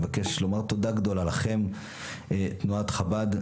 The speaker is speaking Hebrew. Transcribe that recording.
אני מבקש לומר תודה גדולה לכם תנועת חב"ד,